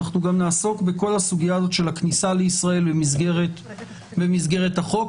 נעסוק בכל הסוגיה של הכניסה לישראל במסגרת החוק.